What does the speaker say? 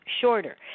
shorter